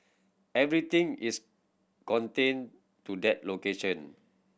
everything is contained to that location